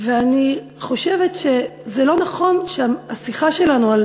ואני חושבת שזה לא נכון שהשיחה שלנו על